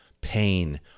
pain